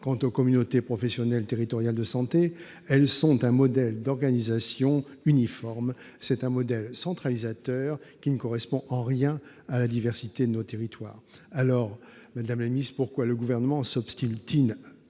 Quant aux communautés professionnelles territoriales de santé, elles sont un modèle d'organisation uniforme. C'est un modèle centralisateur, qui ne correspond en rien à la diversité de nos territoires. Madame la ministre, pourquoi le Gouvernement s'obstine-t-il à